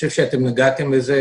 אתם נגעתם בזה,